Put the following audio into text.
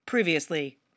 Previously